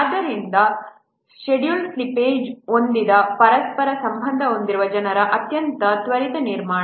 ಆದ್ದರಿಂದ schedule slippage ಒಂದಿಗೆ ಪರಸ್ಪರ ಸಂಬಂಧ ಹೊಂದಿರುವ ಜನರ ಅತ್ಯಂತ ತ್ವರಿತ ನಿರ್ಮಾಣ